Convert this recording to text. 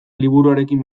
liburuarekin